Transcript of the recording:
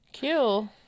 Cool